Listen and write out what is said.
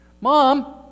Mom